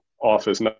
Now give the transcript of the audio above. office